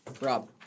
Rob